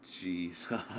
jesus